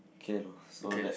okay so that